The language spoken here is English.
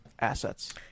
assets